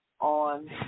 on